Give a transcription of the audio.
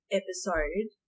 episode